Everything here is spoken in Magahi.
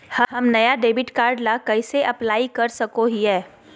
हम नया डेबिट कार्ड ला कइसे अप्लाई कर सको हियै?